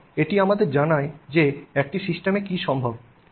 এবং এটি আমাদের জানায় যে একটি সিস্টেমে কী সম্ভব